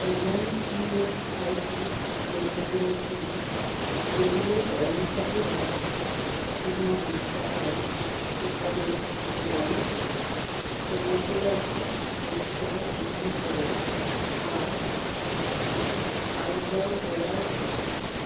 এমন ইএসআইসি কেন্দ্রগুলো খুঁজুন যেগুলো কর্মচারী রাজ্য বিমা হাসপাতাল প্রকারের এবং হেমাটোলজি পরিষেবা প্রদান করে আর আইজল জেলায় অবস্থিত